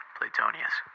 Platonius